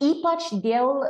ypač dėl